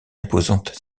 imposante